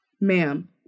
Ma'am